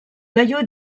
maillot